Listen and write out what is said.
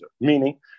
Meaning